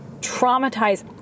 traumatize